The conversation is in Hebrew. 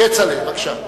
כצל'ה, בבקשה.